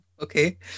Okay